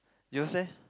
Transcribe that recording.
yours leh